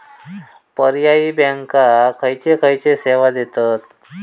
पर्यायी बँका खयचे खयचे सेवा देतत?